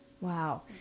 Wow